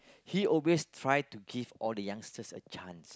he always try to give all the youngsters a chance